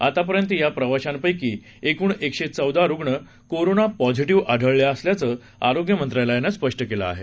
आतापर्यंत या प्रवाशांपक्ती एकूण एकशे चौदा रुग्ण कोरोना पॉझिटिव्ह आढळून आल्याचं आरोग्य मंत्रालयानं म्हटलं आहे